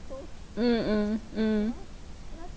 mm mm mm